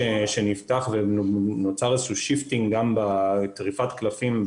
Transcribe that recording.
שנפתח ונוצר איזשהו שיפטינג, טריפת קלפים,